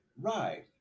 Right